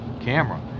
camera